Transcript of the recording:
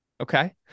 Okay